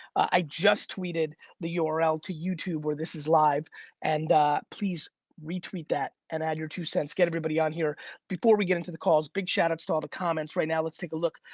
i just tweeted the url to youtube where this is live and please retweet that and add your two cents. get everybody on here before we get into the calls. big shout outs to all the comments right now. let's take a look.